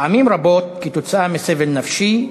פעמים רבות כתוצאה מסבל נפשי,